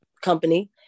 company